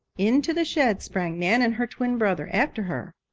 into the shed sprang nan and her twin brother after her.